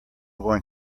going